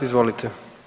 Izvolite.